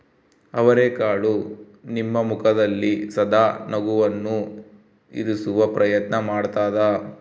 ಅವರೆಕಾಳು ನಿಮ್ಮ ಮುಖದಲ್ಲಿ ಸದಾ ನಗುವನ್ನು ಇರಿಸುವ ಪ್ರಯತ್ನ ಮಾಡ್ತಾದ